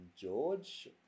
George